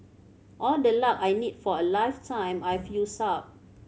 all the luck I need for a lifetime I've used up